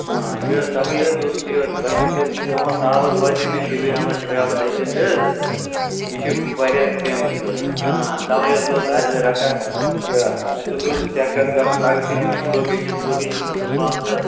ٲ یہِ تَوٕے حظ اوس یہِ تۄہہِ نِش حظ تُہُنٛد ناو حظ بوزے مےٚ شبیٖر احمد ٹراوَل ایٚجَنٛٹ حظ یہِ چھِ واریاہ فیمَس حظ ٲ تَوے حظ اوس عرضہٕ رژھا یہِ اَسہِ حظ اوس چَکرَس گژھُن اگر تُہۍ ؤنِوٗ لوکیشَن ووکیشَن اصٕل پہم تہٕ